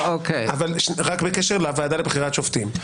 רק בקשר לוועדה לבחירת שופטים,